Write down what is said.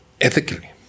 ethically